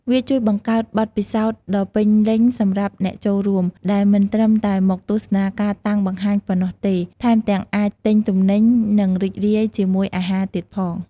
វាជួយបង្កើតបទពិសោធន៍ដ៏ពេញលេញសម្រាប់អ្នកចូលរួម ដែលមិនត្រឹមតែមកទស្សនាការតាំងបង្ហាញប៉ុណ្ណោះទេ ថែមទាំងអាចទិញទំនិញ និងរីករាយជាមួយអាហារទៀតផង។